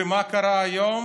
ומה קרה היום?